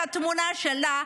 את התמונה שלה.